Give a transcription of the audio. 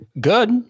good